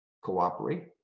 cooperate